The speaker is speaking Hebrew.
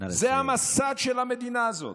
זה המסד של המדינה הזאת.